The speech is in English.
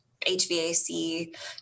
HVAC